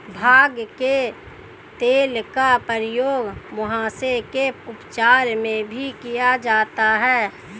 भांग के तेल का प्रयोग मुहासे के उपचार में भी किया जाता है